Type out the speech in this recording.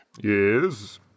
yes